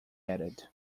added